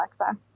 Alexa